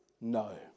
no